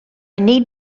need